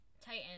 titan